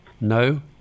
No